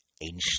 ancient